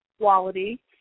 quality